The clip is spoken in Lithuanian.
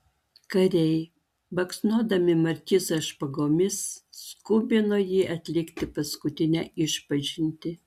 kariai baksnodami markizą špagomis skubino jį atlikti paskutinę išpažintį